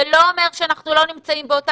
זה לא אומר שאנחנו לא נמצאים באותה